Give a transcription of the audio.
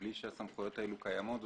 בלי שהסמכויות האלה קיימות.